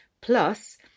Plus